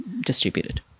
distributed